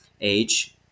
age